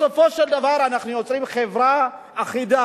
בסופו של דבר אנחנו יוצרים חברה אחידה,